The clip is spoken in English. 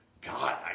God